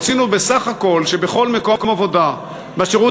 רצינו שבסך הכול בכל מקום עבודה בשירות